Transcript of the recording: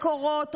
מקורות,